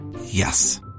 Yes